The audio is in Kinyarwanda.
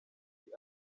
nzi